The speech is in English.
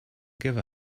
give